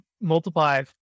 multiply